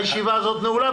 הישיבה נעולה.